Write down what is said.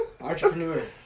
Entrepreneur